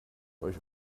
euch